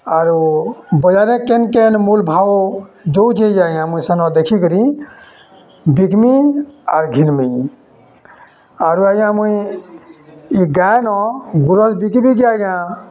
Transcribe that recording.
ଆରୁ ବଜାରରେ କେନ୍ କେନ୍ ମୂଲ୍ ଭାଉ ଦଉଚେ ଯେ ଆଜ୍ଞା ମୁଇଁ ସେନ ଦେଖିକରି ବିକ୍ମି ଆର୍ ଘିନ୍ମି ଆରୁ ଆଜ୍ଞା ମୁଇଁ ଇ ଗାଏ ନ ଗୁରସ ବିକି ବିକି ଆଜ୍ଞା